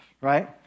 right